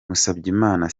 musabyimana